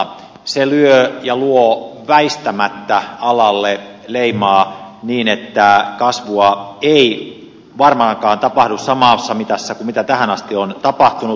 se lyö ja luo väistämättä alalle leimaa niin että kasvua ei varmaankaan tapahdu samassa mitassa kuin mitä tähän asti on tapahtunut